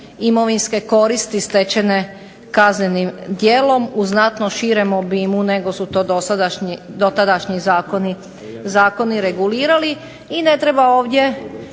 imovinske koristi stečene kaznenim djelom u znatno širem obimu nego su to dotadašnji zakoni regulirali. I ne treba ovdje